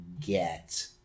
get